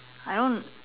I don't